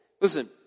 Listen